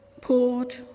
poured